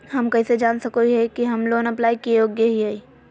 हम कइसे जान सको हियै कि हम लोन अप्लाई के योग्य हियै?